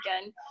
again